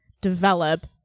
develop